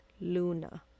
Luna